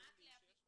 מהם כלי הפיקוח?